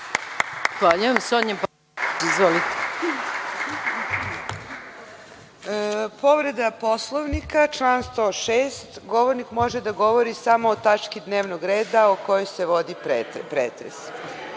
Izvolite. **Sonja Pavlović** Povreda Poslovnika, član 106, govornik može da govori samo o tački dnevnog reda o kojoj se vodi pretres,